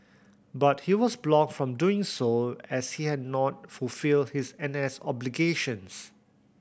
but he was blocked from doing so as he had not fulfilled his N S obligations